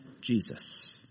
Jesus